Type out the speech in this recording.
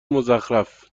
مزخرف